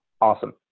awesome